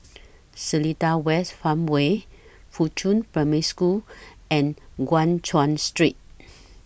Seletar West Farmway Fuchun Primary School and Guan Chuan Street